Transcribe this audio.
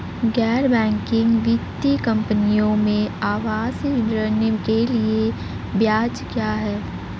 गैर बैंकिंग वित्तीय कंपनियों में आवास ऋण के लिए ब्याज क्या है?